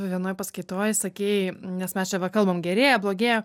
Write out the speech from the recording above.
vienoj paskaitoj sakei nes mes čia va kalbam gerėja blogėja